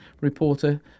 reporter